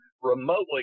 remotely